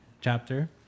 chapter